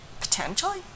potentially